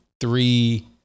three